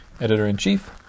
Editor-in-Chief